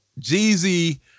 Jeezy